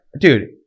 Dude